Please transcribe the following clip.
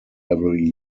every